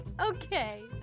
Okay